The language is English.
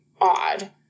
odd